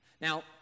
Now